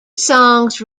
songs